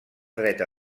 dreta